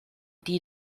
die